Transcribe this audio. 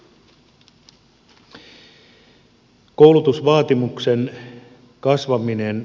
koulutusvaatimuksen kasvaminen